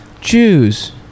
Jews